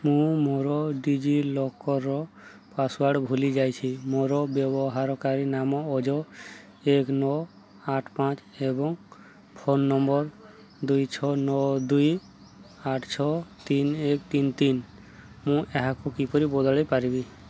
ମୁଁ ମୋର DigiLocker password ଭୁଲି ଯାଇଛି ମୋର ବ୍ୟବହାରକାରୀ ନାମ ଅଜୟ ଏକ ନଅ ଆଠ ପାଞ୍ଚ ଏବଂ ଫୋନ୍ ନମ୍ବର୍ ଦୁଇ ଛଅ ନଅ ଦୁଇ ଆଠ ଛଅ ତିନି ଏକ ତିନି ତିନି ମୁଁ ଏହାକୁ କିପରି ବଦଳାଇ ପାରିବି